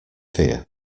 fear